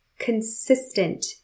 consistent